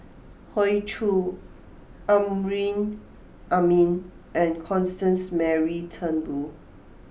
Hoey Choo Amrin Amin and Constance Mary Turnbull